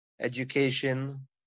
education